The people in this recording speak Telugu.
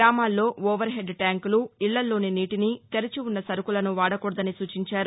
గ్రామాల్లో ఓవర్హెడ్ ట్యాంకులు ఇళ్లలోని నీటిని తెరిచి ఉన్న సరకుల్ని వాడకూడదని సూచించారు